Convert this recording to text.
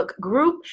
group